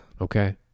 Okay